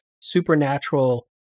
supernatural